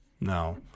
no